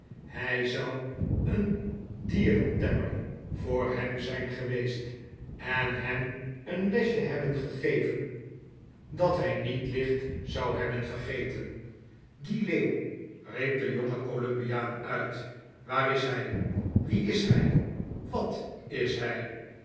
hij zou een dierentemmer voor hem zijn geweest en hem een lesje hebben gegeven dat hij niet licht zou hebben vergeten die leeuw riep de jonge columbiaan uit waar is hij wie is hij wat is hij